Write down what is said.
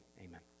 amen